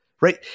Right